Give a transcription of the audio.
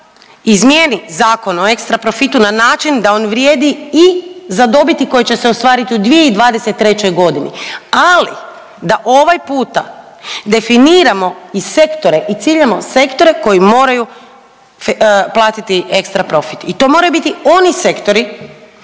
izmijeni Zakon o ekstra profitu na način da on vrijedi i za dobiti koje će se ostvariti u 2023. godini, ali da ovaj puta definiramo i sektore i ciljamo sektore koji moraju platiti ekstra profit. I to moraju biti oni sektori